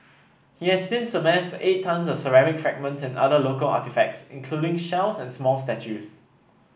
he has since amassed eight tonnes of ceramic fragments and other local artefacts including shells and small statues